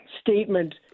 statement